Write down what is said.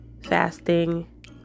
fasting